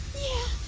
yeah,